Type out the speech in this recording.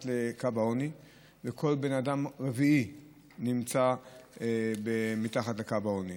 לקו העוני וכל בן אדם רביעי נמצא מתחת לקו העוני.